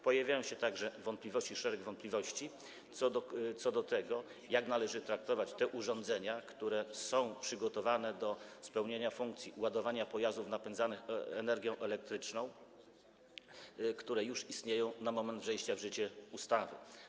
Pojawia się także szereg wątpliwości co do tego, jak należy traktować te urządzenia, które są przygotowane do spełniania funkcji ładowania pojazdów napędzanych energią elektryczną, które już istnieją w momencie wejścia w życie ustawy.